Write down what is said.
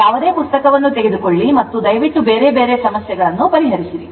ಯಾವುದೇ ಪುಸ್ತಕವನ್ನು ತೆಗೆದುಕೊಳ್ಳಿ ಮತ್ತು ದಯವಿಟ್ಟು ಬೇರೆಬೇರೆ ಸಮಸ್ಯೆಗಳನ್ನು ಪರಿಹರಿಸಿರಿ